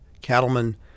cattlemen